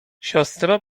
siostro